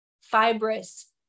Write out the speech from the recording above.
fibrous